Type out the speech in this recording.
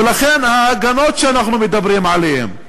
ולכן, ההגנות שאנחנו מדברים עליהן,